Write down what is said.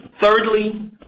Thirdly